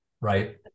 right